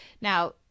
Now